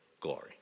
glory